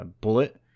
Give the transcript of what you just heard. bullet